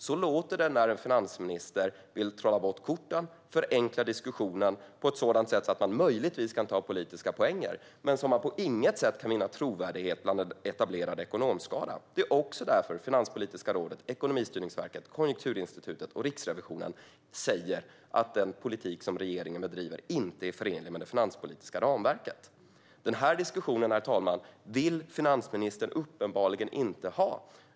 Så låter det när en finansminister vill trolla bort korten och förenkla diskussionen på ett sådant sätt att man möjligtvis kan ta politiska poäng men på inget sätt kan vinna trovärdighet hos en etablerad ekonomskara. Det är också därför Finanspolitiska rådet, Ekonomistyrningsverket, Konjunkturinstitutet och Riksrevisionen säger att den politik som regeringen bedriver inte är förenlig med det finanspolitiska ramverket. Herr talman! Den här diskussionen vill finansministern uppenbarligen inte ha.